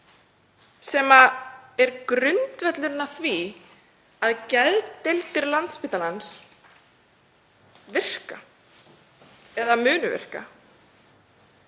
sem er grundvöllurinn að því að geðdeildir Landspítalans virki eða muni virka.